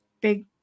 big